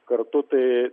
kartu tai